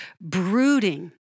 brooding